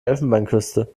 elfenbeinküste